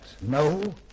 No